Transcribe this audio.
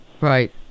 right